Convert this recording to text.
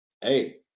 hey